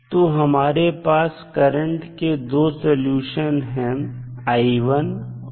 तो हमारे पास करंट के दो सॉल्यूशन हैं और